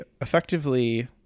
effectively